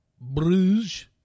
Bruges